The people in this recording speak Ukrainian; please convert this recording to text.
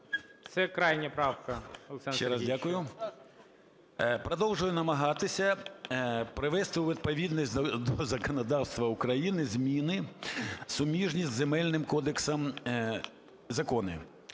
Це крайня правка, Олександре Сергійовичу.